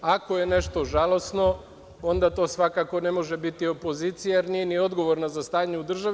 Ako je nešto žalosno, onda to svakako ne može biti opozicija, jer nije ni odgovorna za stanje u državi.